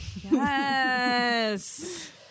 Yes